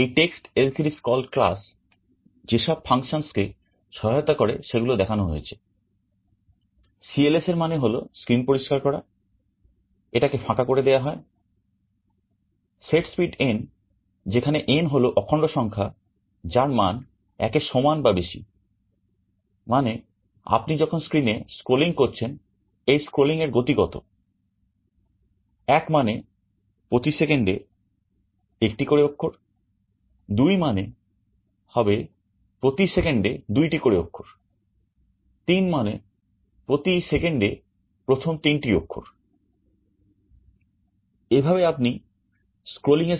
এই TextLCDScroll class যেসব ফাংশনসকে এর